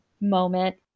moment